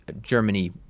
Germany